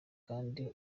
kandi